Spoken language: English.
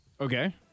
Okay